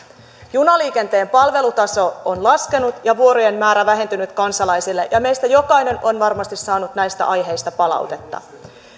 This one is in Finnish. junaliikenteen palvelutaso on laskenut ja vuorojen määrä vähentynyt kansalaisille ja meistä jokainen on varmasti saanut näistä aiheista palautetta